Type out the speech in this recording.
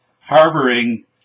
harboring